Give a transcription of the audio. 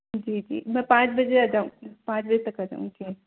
जी जी मैं पाँच बजे आ जाऊँगी पाँच बजे तक आ जाऊँगी